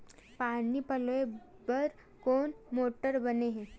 पानी पलोय बर कोन मोटर बने हे?